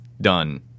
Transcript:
done